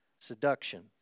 seduction